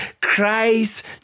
Christ